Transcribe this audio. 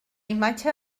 imatge